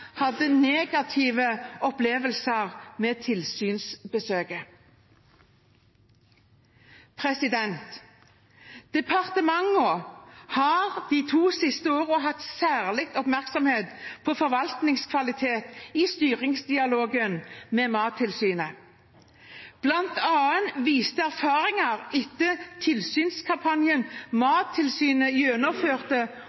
hadde negative opplevelser med tilsynsbesøket. Departementene har de to siste årene hatt særlig oppmerksomhet på forvaltningskvalitet i styringsdialogen med Mattilsynet. Blant annet viste erfaringer etter tilsynskampanjen